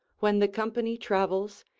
when the company travels,